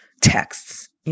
texts